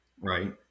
right